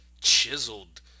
chiseled